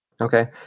Okay